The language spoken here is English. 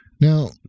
Now